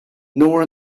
nowhere